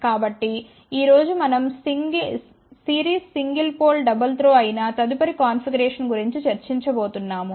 కాబట్టి ఈ రోజు మనం series single pole double throw అయిన తదుపరి కాన్ఫిగరేషన్ గురించి చర్చించబోతున్నాము